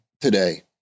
today